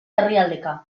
herrialdeka